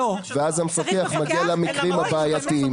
ואז המפקח מגיע למקרים הבעייתיים.